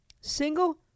single